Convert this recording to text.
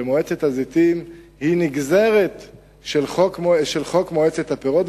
שמועצת הזיתים היא נגזרת של חוק מועצת הפירות,